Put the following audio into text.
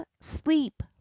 sleep